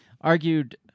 argued